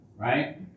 right